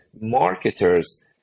marketers